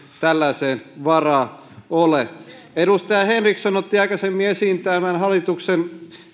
tällaiseen varaa ole edustaja henriksson otti aikaisemmin esiin hallituksen